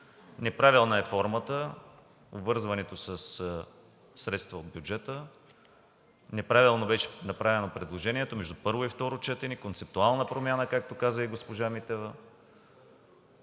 Неправилна е формата – обвързването със средства от бюджета. Неправилно беше направено предложението – между първо и второ четене концептуална промяна, както каза и госпожа Митева,